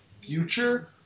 future